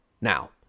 Now